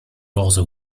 roze